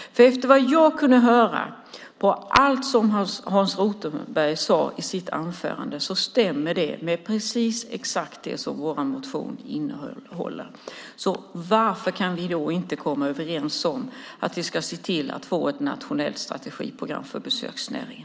Efter vad jag kunde höra stämmer allt som Hans Rothenberg sade i sitt anförande precis med det som vår motion innehåller. Varför kan vi inte komma överens om att vi ska se till att få ett nationellt strategiprogram för besöksnäringen?